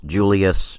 Julius